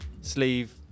sleeve